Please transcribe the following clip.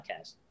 podcast